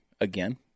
again